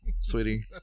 sweetie